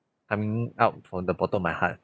I mean out from the bottom of my heart